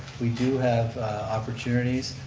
we do have opportunities.